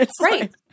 Right